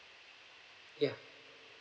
ya